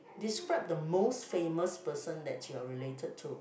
describe the most famous person that you are related to